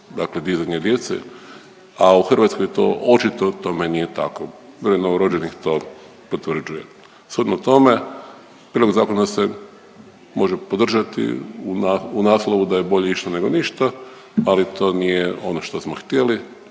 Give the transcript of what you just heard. dakle dizanja djece, a u Hrvatskoj to očito tome nije tako. Broj novorođenih to potvrđuje. Shodno tome, prijedlog zakona se može podržati u naslovu da je bolje išta nego ništa, ali to nije ono što smo htjeli,